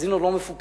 קזינו לא מפוקח.